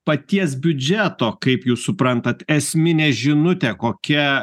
paties biudžeto kaip jūs suprantat esminė žinutė kokia